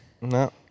no